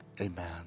amen